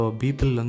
people